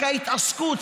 רק ההתעסקות,